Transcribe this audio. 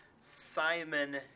Simon